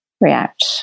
react